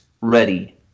ready